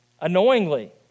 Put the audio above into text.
annoyingly